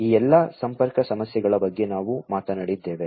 ಈ ಎಲ್ಲಾ ಸಂಪರ್ಕ ಸಮಸ್ಯೆಗಳ ಬಗ್ಗೆ ನಾವು ಮಾತನಾಡಿದ್ದೇವೆ